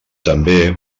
també